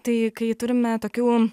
tai kai turime tokių